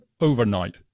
overnight